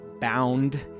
bound